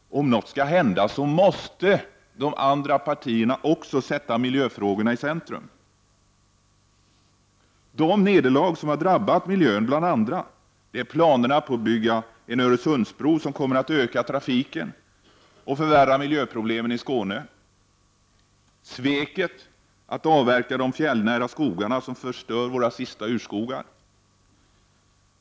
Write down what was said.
Om något skall hända måste även de andra partierna sätta miljöfrågorna i centrum. De nederlag som har drabbat miljön är bl.a. följande: — Planerna på att bygga en Öresundsbro som kommer att öka trafiken och förvärra miljöproblemen i Skåne. — Sveket att avverka de fjällnära skogarna som förstör våra sista urskogar.